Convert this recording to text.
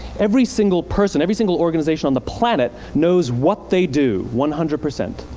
every single person, every single organization on the planet knows what they do, one hundred percent.